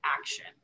action